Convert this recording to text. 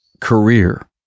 career